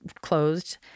closed